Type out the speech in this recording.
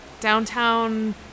downtown